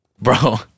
bro